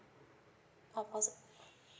of course